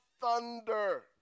thunder